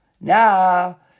Now